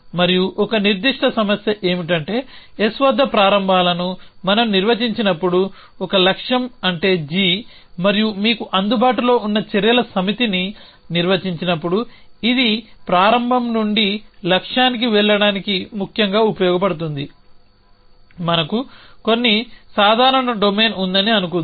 మరియు ఒక నిర్దిష్ట సమస్య ఏమిటంటే s వద్ద ప్రారంభాలను మనం నిర్వచించి నప్పుడు ఒక లక్ష్యం అంటే g మరియు మీకు అందుబాటులో ఉన్న చర్యల సమితిని నిర్వచించినప్పుడు ఇది ప్రారంభం నుండి లక్ష్యానికి వెళ్లడానికి ముఖ్యంగా ఉపయోగపడుతుంది మనకు కొన్ని సాధారణ డొమైన్ ఉందని అనుకుందాం